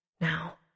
Now